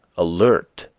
alert,